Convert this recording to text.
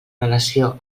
relació